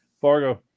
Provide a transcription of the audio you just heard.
Fargo